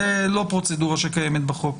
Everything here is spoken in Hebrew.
זאת לא פרוצדורה שקיימת בחוק.